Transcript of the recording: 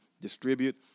distribute